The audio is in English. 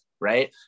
Right